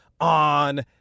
on